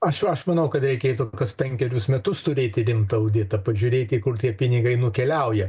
aš aš manau kad reikėtų kas penkerius metus turėti rimtą auditą pažiūrėti kur tie pinigai nukeliauja